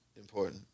important